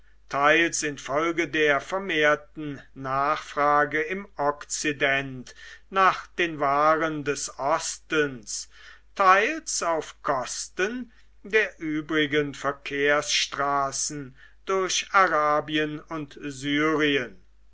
teils infolge der vermehrten nachfrage im okzident nach den waren des ostens teils auf kosten der übrigen verkehrsstraßen durch arabien und syrien